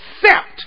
accept